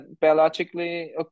biologically